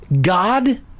God-